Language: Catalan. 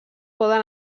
poden